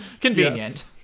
Convenient